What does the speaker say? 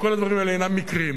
וכל הדברים האלה אינם מקריים.